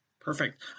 Perfect